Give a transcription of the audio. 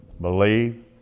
Believe